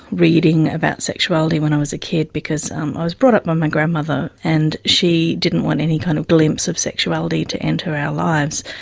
reading about sexuality when i was a kid because um i was brought up by my grandmother, and she didn't want any kind of glimpse of sexuality to enter our lives.